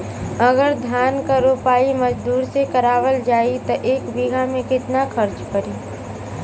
अगर धान क रोपाई मजदूर से करावल जाई त एक बिघा में कितना खर्च पड़ी?